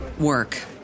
work